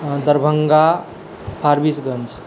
Darbhanga Forbesganj